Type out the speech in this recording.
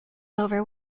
over